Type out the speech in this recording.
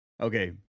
Okay